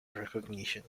recognition